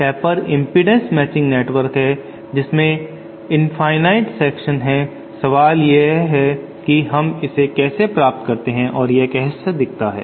taper impedance matching network है जिसमें infinite section है सवाल यह है कि हम इसे कैसे प्राप्त करते हैं और यह कैसा दिखता है